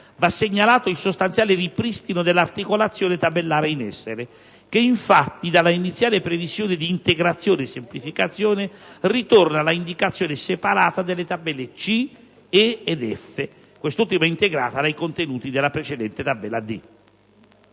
va segnalato il sostanziale ripristino dell'articolazione tabellare in essere, che infatti, dalla iniziale previsione di integrazione e semplificazione, ritorna alla indicazione separata delle tabelle C, E ed F, quest'ultima integrata dei contenuti della precedente tabella D.